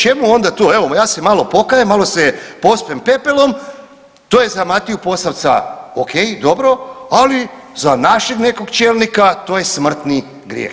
Čemu onda to, evo ja se malo pokajem, malo se pospem pepelom, to je za Matiju Posavca ok dobro, ali za našeg nekog čelnika to je smrtni grijeh.